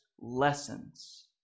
lessons